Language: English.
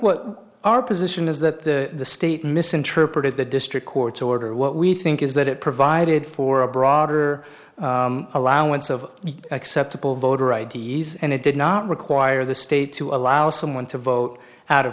what our position is that the state misinterpreted the district court's order what we think is that it provided for a broader allowance of acceptable voter i d s and it did not require the state to allow someone to vote out